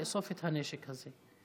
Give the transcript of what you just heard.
לאסוף את הנשק הזה.